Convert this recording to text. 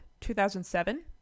2007